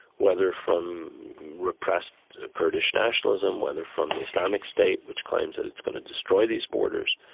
whether from repressed kurdish nationalism, whether from the islamic state, which claims that it's going to destroy these borders,